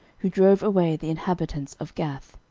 who drove away the inhabitants of gath